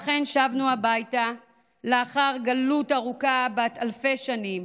ואכן, שבנו הביתה לאחר גלות ארוכה, בת אלפי שנים,